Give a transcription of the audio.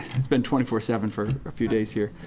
has been twenty four seven for a few days here.